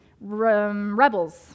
rebels